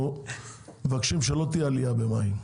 אנחנו מבקשים שלא תהיה עליה במים.